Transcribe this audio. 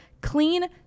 clean